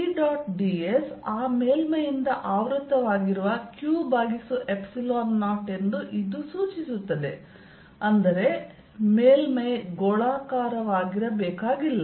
ds ಆ ಮೇಲ್ಮೈಯಿಂದ ಆವೃತವಾಗಿರುವ q ಭಾಗಿಸು 0 ಎಂದು ಇದು ಸೂಚಿಸುತ್ತದೆ ಅಂದರೆ ಮೇಲ್ಮೈ ಗೋಳಾಕಾರವಾಗಿರಬೇಕಾಗಿಲ್ಲ